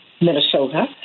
Minnesota